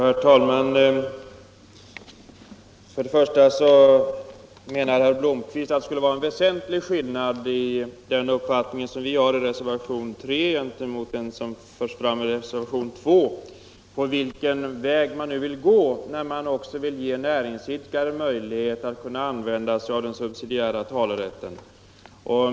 Herr talman! Herr Blomkvist anser att det skulle vara en väsentlig skillnad mellan moderaternas uppfattning i reservation 3 och den uppfattning som förs fram i reservation 2 i fråga om den väg man vill gå för att också ge näringsidkare möjlighet att använda sig av den subsidiära talerätten.